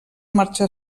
marxar